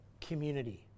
community